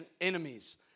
enemies